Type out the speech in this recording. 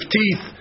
teeth